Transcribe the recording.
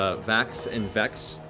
ah vax, and vex,